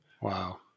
Wow